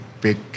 big